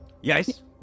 Yes